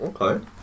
okay